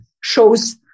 shows